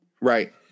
Right